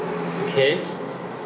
okay